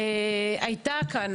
הייתה כאן